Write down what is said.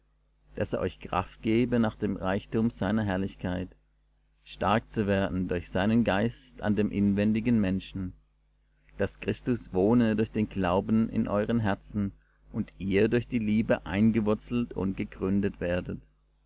daß er euch kraft gebe nach dem reichtum seiner herrlichkeit stark zu werden durch seinen geist an dem inwendigen menschen daß christus wohne durch den glauben in euren herzen und ihr durch die liebe eingewurzelt und gegründet werdet